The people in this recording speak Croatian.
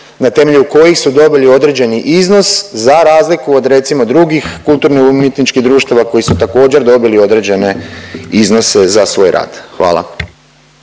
na temelju kojih su dobili određeni iznos, za razliku, od recimo drugih kulturno-umjetničkih društava, koji su, također, dobili određene iznose za svoj rad. Hvala.